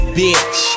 bitch